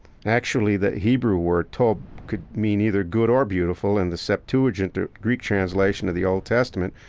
actually, the hebrew word tov could mean either good or beautiful. and the septuagint, the greek translation of the old testament,